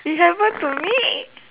it happen to me